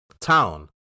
town